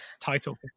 title